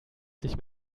sich